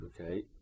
okay